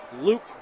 Luke